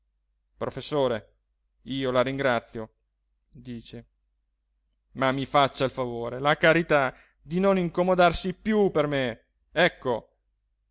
professore io la ringrazio dice ma mi faccia il favore la carità di non incomodarsi più per me ecco